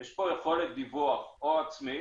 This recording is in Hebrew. יש פה יכולת דיווח או עצמית